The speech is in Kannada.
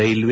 ರೈಲ್ವೆ